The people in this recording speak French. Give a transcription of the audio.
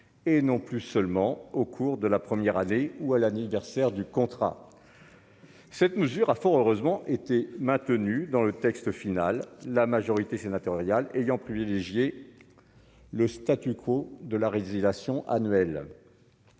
et non plus seulement au cours de la première année ou à l'anniversaire du contrat, cette mesure a fort heureusement été maintenue dans le texte final, la majorité sénatoriale ayant privilégié le statu quo de la résiliation annuel,